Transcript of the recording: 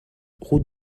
route